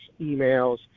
emails